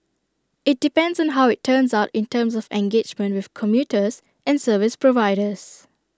IT depends on how IT turns out in terms of engagement with commuters and service providers